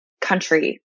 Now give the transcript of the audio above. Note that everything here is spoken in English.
country